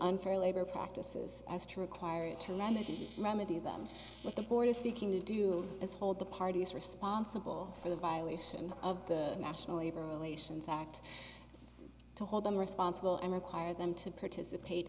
unfair labor practices as to require it to remedy remedy them with the board is seeking to do is hold the parties responsible for the violation of the national labor relations act to hold them responsible and require them to participate